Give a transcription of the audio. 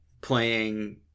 playing